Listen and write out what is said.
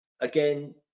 again